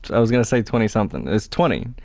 i was going to say twenty something, it is twenty.